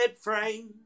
frame